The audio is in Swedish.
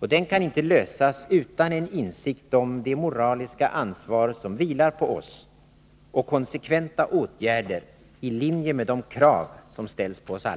och den kan inte lösas utan en insikt om det moraliska ansvar som vilar på oss — och konsekventa åtgärder i linje med de krav som ställs på oss alla.